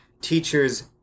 teachers